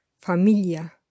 Familia